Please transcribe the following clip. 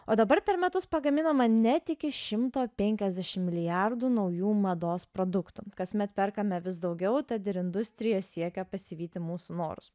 o dabar per metus pagaminama net iki šimto penkiasdešim milijardų naujų mados produktų kasmet perkame vis daugiau tad ir industrija siekia pasivyti mūsų norus